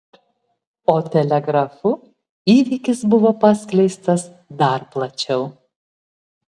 o telegrafu įvykis buvo paskleistas dar plačiau